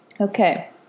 Okay